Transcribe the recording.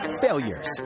failures